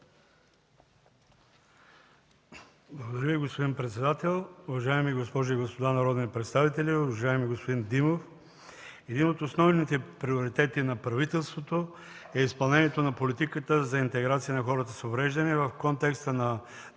Благодаря, господин председател. Уважаеми госпожи и господа народни представители! Уважаеми господин Димов, един от основните приоритети на правителството е изпълнението на политиката за интеграция на хората с увреждания в контекста на действащото